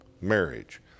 marriage